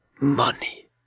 Money